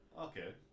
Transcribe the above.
Okay